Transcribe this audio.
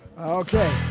okay